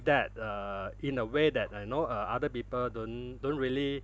that uh in a way that I know uh other people don't don't really